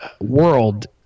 world